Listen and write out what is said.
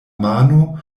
mano